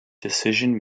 decision